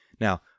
Now